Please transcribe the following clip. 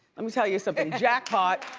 let me tell you something, jackpot.